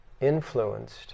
influenced